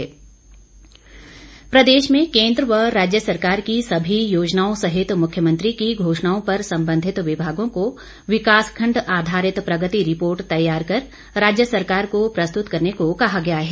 विपिन परमार प्रदेश में केन्द्र व राज्य सरकार की सभी योजनाओं सहित मुख्यमंत्री की घोषणाओं पर संबंधित विभागों को विकासखंड आधारित प्रगति रिपोर्ट तैयार कर राज्य सरकार को प्रस्तृत करने को कहा गया है